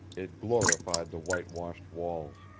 it glorified the whitewashed walls.